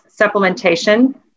supplementation